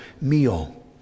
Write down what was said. meal